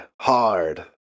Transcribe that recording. hard